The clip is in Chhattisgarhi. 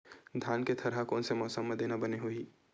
धान के थरहा कोन से मौसम म देना बने होही?